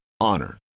Honor